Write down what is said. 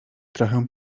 trochę